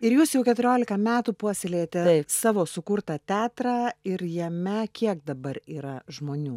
ir jūs jau keturiolika metų puoselėjate savo sukurtą teatrą ir jame kiek dabar yra žmonių